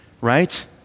right